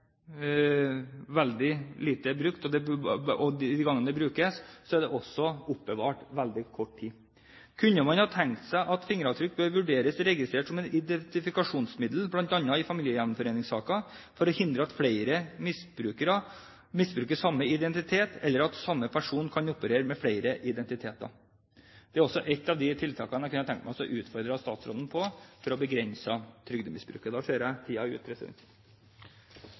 veldig lite brukt, og de gangene det brukes, blir det oppbevart veldig kort tid. Kunne man ha tenkt seg at fingeravtrykk bør vurderes registrert som et identifikasjonsmiddel bl.a. i familiegjenforeningssaker for å hindre at flere misbruker samme identitet, eller at samme person kan operere med flere identiteter? Det er også et av de tiltakene jeg kunne tenke meg å utfordre statsråden på for å begrense trygdemisbruket. – Nå ser jeg at tiden er ute, president.